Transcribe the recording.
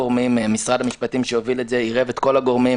משרד המשפטים שהוביל את זה עירב את כל הגורמים,